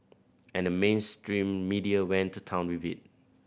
and the mainstream media went to town with it